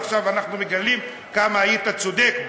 עכשיו אנחנו מגלים כמה היית צודק בו.